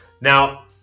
Now